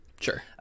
Sure